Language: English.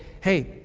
hey